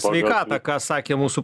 sveikatą ką sakė mūsų